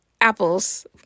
apples